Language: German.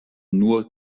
nur